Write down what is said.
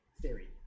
theory